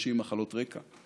אנשים עם מחלות רקע,